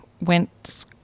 went